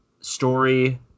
story